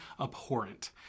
abhorrent